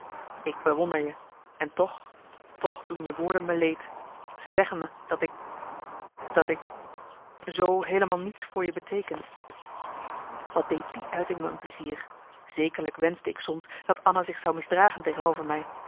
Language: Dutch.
ik bewonder je en toch toch doen je woorden me leed ze zeggen me dat ik dat ik zoo heelemaal niets voor je beteeken wat deed die uiting me een plezier zekerlijk wenschte ik soms dat anna zich zou misdragen tegenover mij